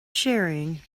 sharing